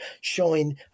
showing